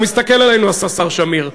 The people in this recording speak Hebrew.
הוא מסתכל עלינו, השר שמיר.